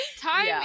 time